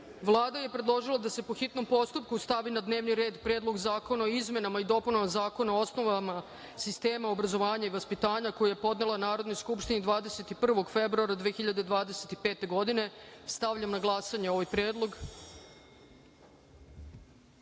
je predložila da se, po hitnom postupku, stavi na dnevni red Predlog zakona o izmenama i dopunama Zakona o osnovama sistema obrazovanja i vaspitanja, koji je podnela Narodnoj skupštini 21. februara 2025. godine. Stavljam na glasanje ovaj